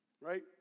Right